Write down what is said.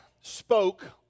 spoke